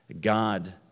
God